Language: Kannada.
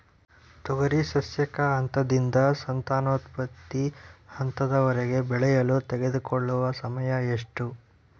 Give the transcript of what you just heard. ತೊಗರಿ ಸಸ್ಯಕ ಹಂತದಿಂದ ಸಂತಾನೋತ್ಪತ್ತಿ ಹಂತದವರೆಗೆ ಬೆಳೆಯಲು ತೆಗೆದುಕೊಳ್ಳುವ ಸಮಯ ಎಷ್ಟು?